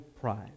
pride